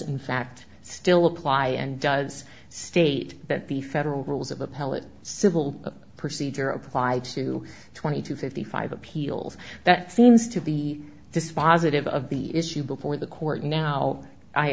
in fact still apply and does state that the federal rules of appellate civil procedure apply to twenty to fifty five appeals that seems to be dispositive of the issue before the court now i